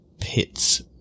pits